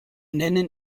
nennen